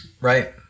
Right